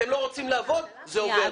אתם לא רוצים לעבוד זה עובר.